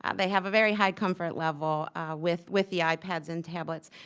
ah they have a very high comfort level with with the ipads and tablets.